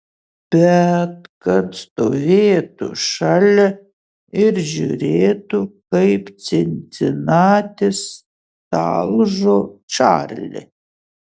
bet kad stovėtų šalia ir žiūrėtų kaip cincinatis talžo čarlį